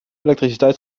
elektriciteit